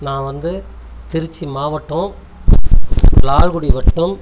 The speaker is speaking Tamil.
நான் வந்து திருச்சி மாவட்டம் லால்குடி வட்டம்